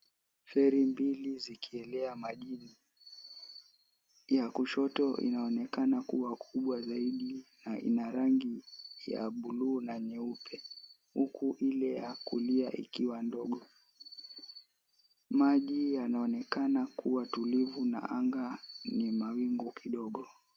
Feri mbili zikielea majini. Ya kushoto inaonekana kuwa kubwa zaidi na ina rangi ya bluu na nyeupe huku ile ya kulia ikiwa ndogo. Maji yanaonekana kuwa tulivu na anga ni mawingu kidogo.